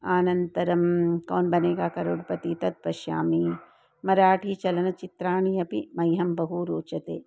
अनन्तरं कौन्बनेगा करोड्पति तत् पश्यामि मराठीचलनचित्राणि अपि मह्यं बहु रोचते